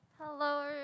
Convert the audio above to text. Hello